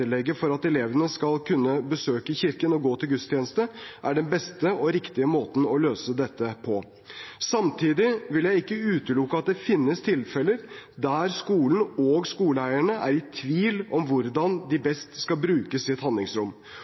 for at elevene skal kunne besøke kirken og gå til gudstjeneste, er den beste og riktige måten å løse dette på. Samtidig vil jeg ikke utelukke at det finnes tilfeller der skolen og skoleeierne er i tvil om hvordan de best skal bruke sitt handlingsrom og på best egnet måte arrangere at elevene får et